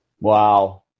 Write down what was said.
Wow